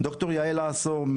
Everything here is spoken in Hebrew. ד"ר יעל עשור,